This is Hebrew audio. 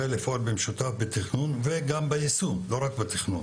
ולפעול במשותף ביישום ולא רק בתכנון.